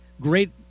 great